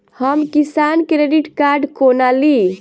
हम Kisan credit card कोना ली?